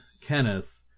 Kenneth